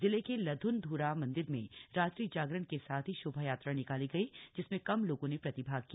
जिले के लध्न ध्रा मन्दिर में रात्रि जागरण के साथ ही शोभायात्रा निकाली गई जिसमें कम लोगों ने प्रतिभाग किया